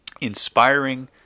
inspiring